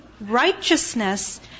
righteousness